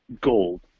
gold